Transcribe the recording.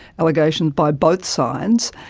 allegations by both sides,